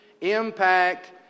impact